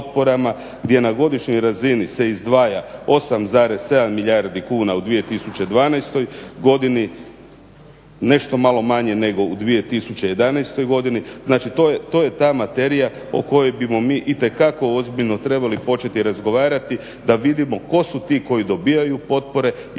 gdje na godišnjoj razini se izdvaja 8,7 milijardi kuna u 2012. godini, nešto malo manje nego u 2011. godini. Znači to je ta materija o kojoj bismo mi itekako ozbiljno trebali početi razgovarati da vidimo tko su ti koji dobijaju potpore i tko su